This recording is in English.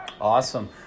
Awesome